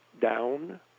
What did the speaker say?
down